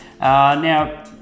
Now